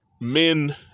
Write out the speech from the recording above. men